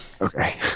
okay